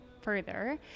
further